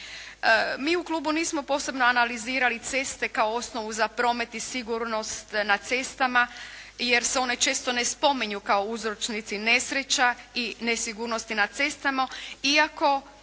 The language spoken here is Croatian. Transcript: Mi u klubu nismo posebno analizirali ceste kao osnovu za promet i sigurnost na cestama jer se one često ne spominju kao uzročnici nesreća i nesigurnosti na cestama iako